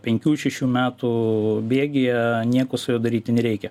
penkių šešių metų bėgyje nieko su juo daryti nereikia